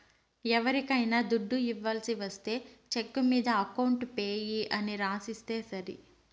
ఎవరికైనా దుడ్డు ఇవ్వాల్సి ఒస్తే చెక్కు మీద అకౌంట్ పేయీ అని రాసిస్తే సరి